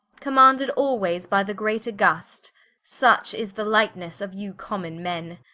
commanded alwayes by the greater gust such is the lightnesse of you, common men.